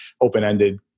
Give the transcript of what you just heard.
open-ended